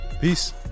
Peace